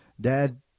Dad